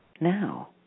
now